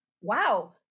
wow